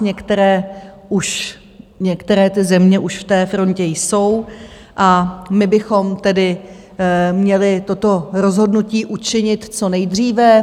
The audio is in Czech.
Některé už, některé ty země už v té frontě jsou, a my bychom tedy měli toto rozhodnutí učinit co nejdříve.